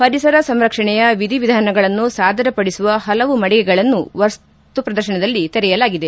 ಪರಿಸರ ಸಂರಕ್ಷಣೆಯ ವಿಧಿವಿಧಾನಗಳನ್ನು ಸಾದರಪಡಿಸುವ ಹಲವು ಮಳಗೆಗಳನ್ನು ವಸ್ತು ಪ್ರದರ್ಶನದಲ್ಲಿ ತೆರೆಯಲಾಗಿದೆ